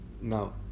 now